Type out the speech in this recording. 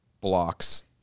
blocks